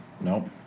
Nope